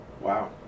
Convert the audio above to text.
Wow